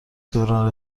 دوران